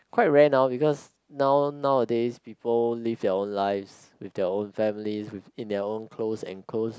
quite rare now because now nowadays people live their lives with their own family with in their own close enclose